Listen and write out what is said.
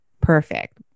perfect